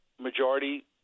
majority